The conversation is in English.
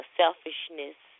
selfishness